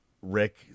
Rick